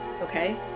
Okay